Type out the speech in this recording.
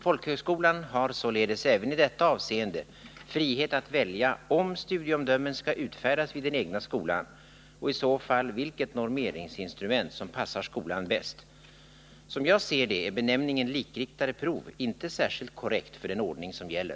Folkhögskolan har således även i detta avseende frihet att välja om studieomdömen skall utfärdas vid den egna skolan och, i så fall, vilket normeringsinstrument som passar skolan bäst. Som jag ser det är benämningen ”likriktade prov” inte särskilt korrekt för den ordning som gäller.